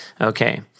Okay